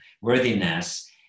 worthiness